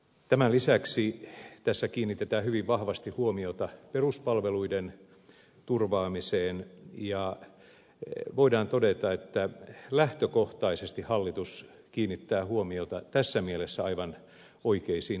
tämän lisäksi tässä kiinnitetään hyvin vahvasti huomiota peruspalveluiden turvaamiseen ja voidaan todeta että lähtökohtaisesti hallitus kiinnittää huomiota tässä mielessä aivan oikeisiin asioihin